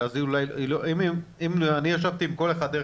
אני ישבתי עם כל אחד.